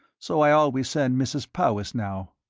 so i always send mrs. powis now.